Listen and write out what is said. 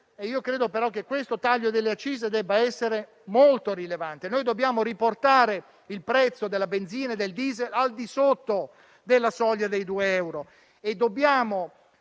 Credo che questo taglio debba essere molto rilevante. Dobbiamo riportare il prezzo della benzina e del diesel al di sotto della soglia dei due euro